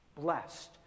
Blessed